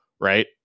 right